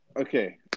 Okay